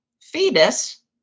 fetus